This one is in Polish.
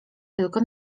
tylko